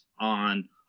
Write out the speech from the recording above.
on